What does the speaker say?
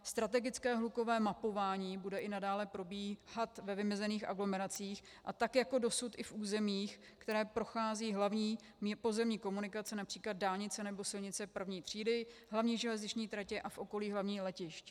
Strategické hlukové mapování bude i nadále probíhat ve vymezených aglomeracích a tak jako dosud i v územích, které procházejí hlavní pozemní komunikace, například dálnice nebo silnice první třídy, hlavní železniční tratě a v okolí hlavních letišť.